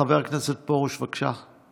חבר הכנסת פרוש, בבקשה.